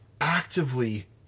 actively